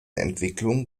entwicklung